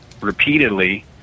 repeatedly